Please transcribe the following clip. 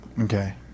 Okay